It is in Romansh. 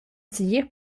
segir